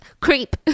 creep